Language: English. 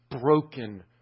broken